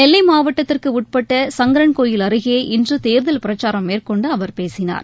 நெல்லை மாவட்டத்திற்கு உட்பட்ட சங்கரன்கோயில் அருகே இன்று தேர்தல் பிரச்சாரம் மேற்கொண்டு அவர் பேசினார்